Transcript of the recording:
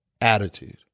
Attitude